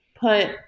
put